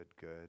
good